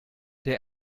der